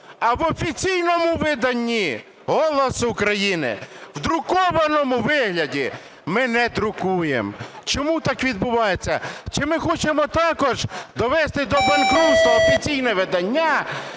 а в офіційному виданні "Голосу України", в друкованому вигляді ми не друкуємо. Чому так відбувається? Чи ми хочемо також довести до банкрутства офіційне видання